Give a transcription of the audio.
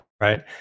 right